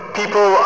people